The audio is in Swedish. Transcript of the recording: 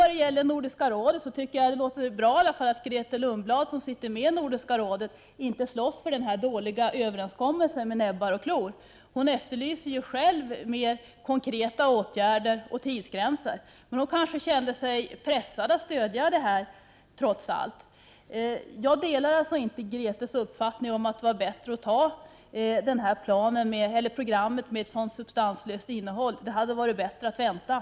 Beträffande Nordiska rådet tycker jag att det låter bra att Grethe Lundblad, som sitter med i Nordiska rådet, inte slåss för det här dåliga förslaget med näbbar och klor. Hon efterlyser själv mer konkreta åtgärder och tidsgränser. Men hon kanske kände sig pressad att stödja detta förslag, trots allt. Jag delar alltså inte Grethe Lundblads uppfattning att det var bättre att anta programmet med dess substanslösa innehåll. Det hade varit bättre att vänta.